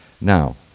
Now